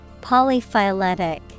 Polyphyletic